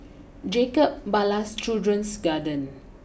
Jacob Ballas Children's Garden